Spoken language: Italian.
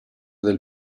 del